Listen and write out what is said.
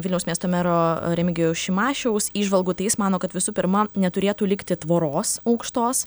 vilniaus miesto mero remigijaus šimašiaus įžvalgų tai jis mano kad visų pirma neturėtų likti tvoros aukštos